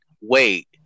wait